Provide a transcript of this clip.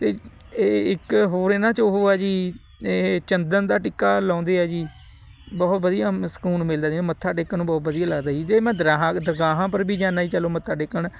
ਅਤੇ ਇਹ ਇੱਕ ਹੋਰ ਇਹਨਾਂ 'ਚ ਉਹ ਆ ਜੀ ਇਹ ਚੰਦਨ ਦਾ ਟਿੱਕਾ ਲਾਉਂਦੇ ਆ ਜੀ ਬਹੁਤ ਵਧੀਆ ਸਕੂਨ ਮਿਲਦਾ ਸੀ ਮੱਥਾ ਟੇਕਣ ਨੂੰ ਬਹੁਤ ਵਧੀਆ ਲੱਗਦਾ ਜੀ ਜੇ ਮੈਂ ਦਰਾਹਾਂ ਦਰਗਾਹਾਂ ਪਰ ਵੀ ਜਾਨਾ ਜੀ ਚਲੋ ਮੱਥਾ ਟੇਕਣ